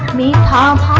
meantime